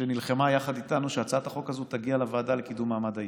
שנלחמה יחד איתנו שהצעת החוק הזאת תגיע לוועדה לקידום מעמד האישה.